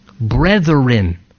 Brethren